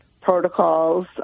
protocols